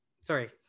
Sorry